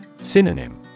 Synonym